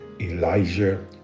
Elijah